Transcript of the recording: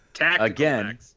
Again